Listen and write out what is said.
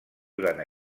durant